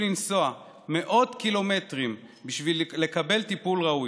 לנסוע מאות קילומטרים בשביל לקבל טיפול ראוי,